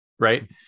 Right